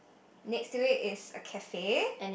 next to it is a cafe